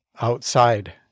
outside